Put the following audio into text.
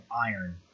iron